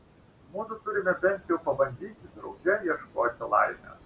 mudu turime bent jau pabandyti drauge ieškoti laimės